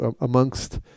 amongst